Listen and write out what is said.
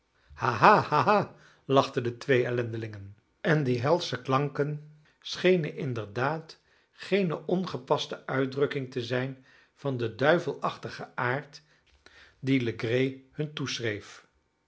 lachten de twee ellendelingen en die helsche klanken schenen inderdaad geene ongepaste uitdrukking te zijn van den duivelachtigen aard dien legree hun